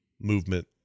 movement